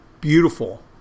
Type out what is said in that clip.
beautiful